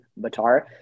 Batar